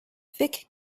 thick